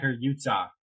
Utah